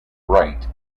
wright